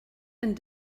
and